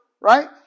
right